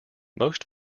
most